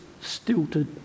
stilted